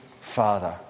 father